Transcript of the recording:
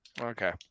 okay